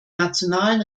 nationalen